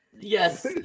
Yes